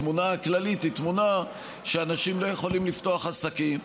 התמונה הכללית היא תמונה שאנשים לא יכולים לפתוח עסקים,